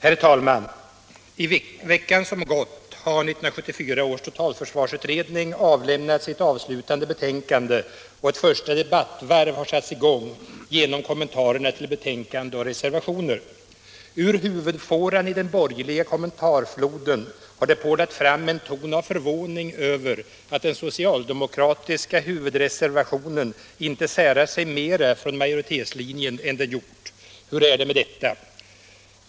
Ur huvudfåran i den borgerliga kommentarfloden har det porlat fram en ton av förvåning över att den socialdemokratiska huvudreservationen inte särat sig mer från majoritetslinjen än den gjort. Hur är det med detta?